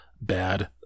bad